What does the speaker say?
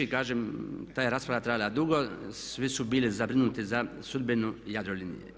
Kažem, ta je rasprava trajala dugo, svi su bili zabrinuti za sudbinu Jadrolinije.